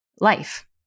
life